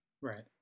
Right